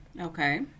Okay